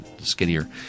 skinnier